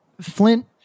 Flint